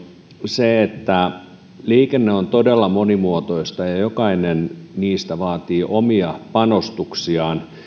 se että liikenne on todella monimuotoista ja ja jokainen niistä muodoista vaatii omia panostuksiaan